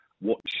watch